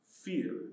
Fear